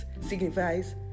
signifies